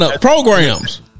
programs